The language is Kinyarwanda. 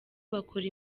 bakora